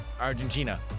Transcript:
Argentina